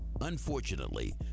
Unfortunately